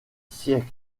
siècles